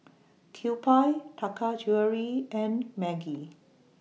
Kewpie Taka Jewelry and Maggi